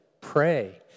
pray